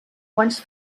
quants